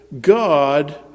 God